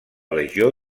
legió